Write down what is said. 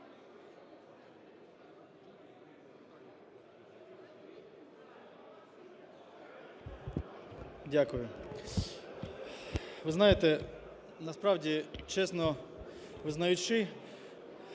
Дякую. Ви знаєте, насправді, чесно визнаючи,